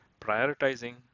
Prioritizing